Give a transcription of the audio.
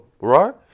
right